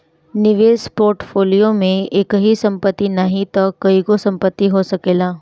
निवेश पोर्टफोलियो में एकही संपत्ति नाही तअ कईगो संपत्ति हो सकेला